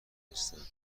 هستند